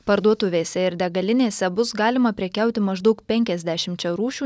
parduotuvėse ir degalinėse bus galima prekiauti maždaug penkiasdešimčia rūšių